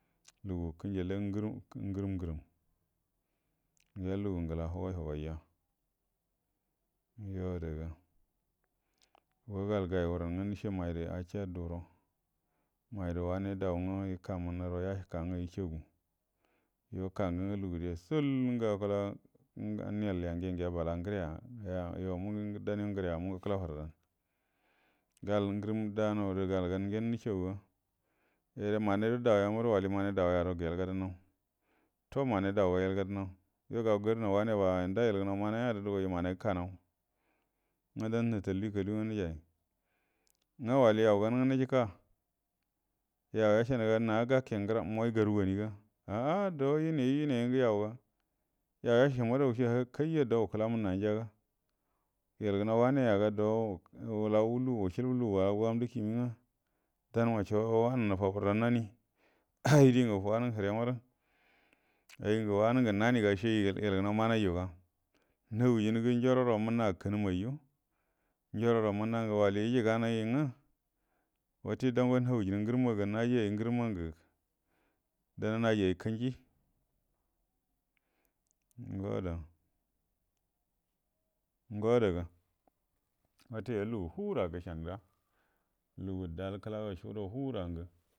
Lugu kənja llay ngərom ngərəm ngəa lugu ngəla huguay huguay ya, yuo adəga gal gayel huram ngwə nəce may gərə acəa duguəro, may gərə acəa duguəro, may gərə wane dau ngwə yəka mənnan guəro yaka ngwə yəcəagu yuo kangə lugu de sul ngə akuelo nəyel yange gea bala ngəria yuo mung dandə ngəria mungə akuel falrra dan ngərəm dano gərə gul gangyen nəcəagugu ye mannay guəro dauyarə walie mangy dau ya gaʊro giyel gaɗannaw, to manay dauga yel gadə gaɗannaw, to manay dauga yel gadə naw yuo gau gərə naw wane ba, nda yelgə manay ‘a gərə duguay rə manay gəka naw ngwə dan nətalli kadugə nəjay ngwə walie yaugan ngwə nəjəka, yəcəa nəga na gake muyay garuə ganiga, dow yeni yu yeniengə yau ga yau yacəanie marə wucəka kayu dow wukəla mənnan jaga, yelgə wane yaga dou wulaw lugu, wucəbu lugu augagəmdə kimie, dan ma co wanə ngə nə fubur nə nanie aydəngə wanə həre marə ay ngə wanəngə nanienga ace yelgə manay yuga nahunjəngə njaroro mənna kənəmayyu, njaroro mənna ngə walie yəjagana ngwə wate dau go nahujin gə ngərəmma dau a naji, ay ngərəm, naji ay kənji ngo ada, ngo adagu wate yuo lugu fungəra gəcənaga, dal-kəlagobe fungəra.